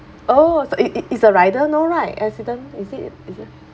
oh so it it is a rider no right accident is it is it